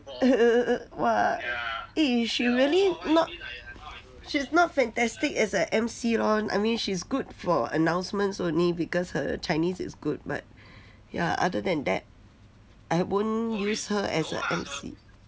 !wah! eh she really not she's not fantastic as a emcee lor I mean she's good for announcements only because her chinese is good but ya other than that I wouldn't use her as a emcee